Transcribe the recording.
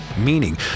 meaning